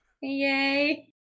Yay